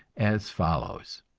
as follows